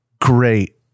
great